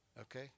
Okay